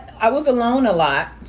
i was alone a lot.